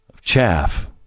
chaff